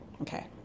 Okay